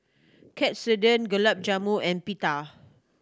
Katsudon Gulab Jamun and Pita